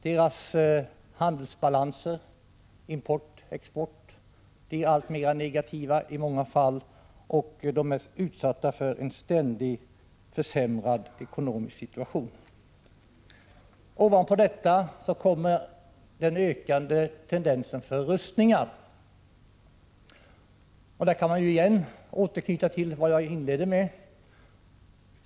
Deras handelsbalanser, import-export, blir i många fall alltmera negativa, och de är utsatta för en ständigt försämrad ekonomisk situation. Ovanpå detta kommer den ökande tendensen till rustningar; där kan jag återknyta till vad jag inledde med.